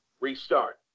restart